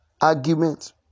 argument